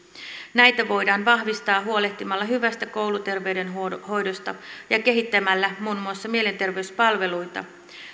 näitä voidaan vahvistaa huolehtimalla hyvästä kouluterveydenhoidosta ja kehittämällä muun muassa mielenterveyspalveluita